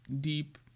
deep